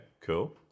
cool